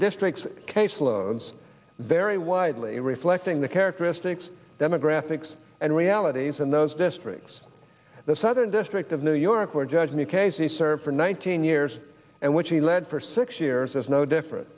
districts case loads very widely reflecting the characteristics demographics and realities in those districts the southern district of new york where judge me case he served for nineteen years and which he led for six years as no differen